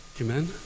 amen